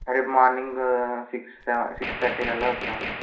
రేపు morning six six thirty కల్లా వచ్చేయమనండి